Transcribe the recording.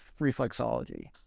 reflexology